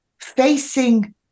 facing